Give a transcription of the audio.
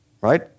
right